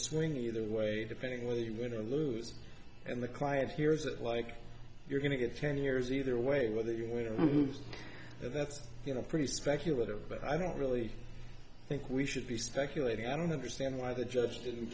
swing either way depending on whether you win or lose and the client hears it like you're going to get ten years either way whether you win or lose that's you know pretty speculative but i don't really think we should be speculating i don't understand why the judge didn't